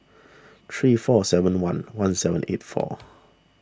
three four seven one one seven eight four